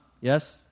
Yes